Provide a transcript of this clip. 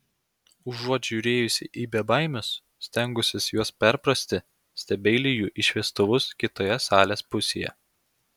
užuot žiūrėjusi į bebaimius stengusis juos perprasti stebeiliju į šviestuvus kitoje salės pusėje